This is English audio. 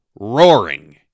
roaring